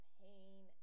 pain